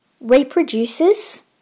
reproduces